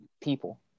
people